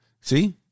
See